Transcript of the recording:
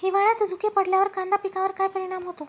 हिवाळ्यात धुके पडल्यावर कांदा पिकावर काय परिणाम होतो?